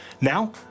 Now